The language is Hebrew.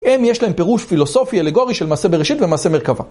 הם יש להם פירוש פילוסופי אלגורי של מעשה בראשית למעשה מרכבה.